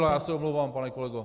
Já se omlouvám, pane kolego.